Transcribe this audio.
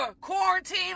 quarantine